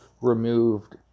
removed